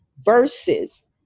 versus